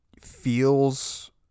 feels